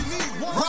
one